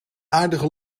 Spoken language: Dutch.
aardige